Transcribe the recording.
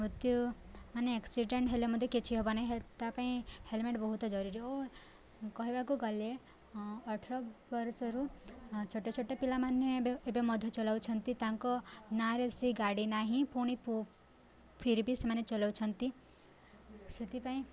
ମୃତ୍ୟୁ ମାନେ ଆକ୍ସିଡେଣ୍ଟ ହେଲେ ମଧ୍ୟ କିଛି ହବ ନାହିଁ ତା ପାଇଁ ହେଲମେଟ ବହୁତ ଜରୁରୀ ଓ କହିବାକୁ ଗଲେ ଅଠର ବର୍ଷରୁ ଛୋଟ ଛୋଟ ପିଲାମାନେ ବେ ଏବେ ମଧ୍ୟ ଚଲଉଛନ୍ତି ତାଙ୍କ ନାଁରେ ସେ ଗାଡ଼ି ନାହିଁ ପୁଣି ଫିରି ବି ସେମାନେ ଚଲଉଛନ୍ତି ସେଥିପାଇଁ